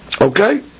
Okay